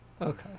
Okay